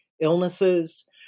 illnesses